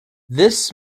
this